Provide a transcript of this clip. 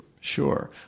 Sure